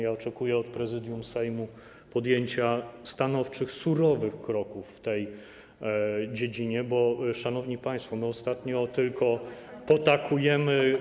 Ja oczekuję od Prezydium Sejmu podjęcia stanowczych, surowych kroków w tej dziedzinie, bo, szanowni państwo, my ostatnio tylko potakujemy.